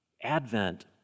Advent